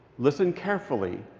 listen carefully.